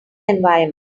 environment